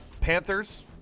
Panthers